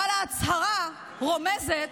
אבל ההצהרה רומזת